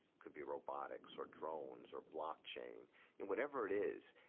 could be robotics or drones or blockchain. and whatever it is,